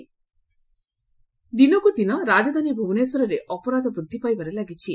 ଲୁଟ୍ ଦିନକୁ ଦିନ ରାଜଧାନୀ ଭୁବନେଶ୍ୱରରେ ଅପରାଧ ବୃଦ୍ଧି ପାଇବାରେ ଲାଗିଛି